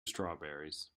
strawberries